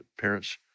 parents